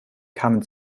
kamen